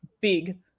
big